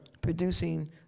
producing